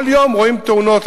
כל יום רואים תאונות.